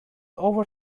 over